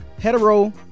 hetero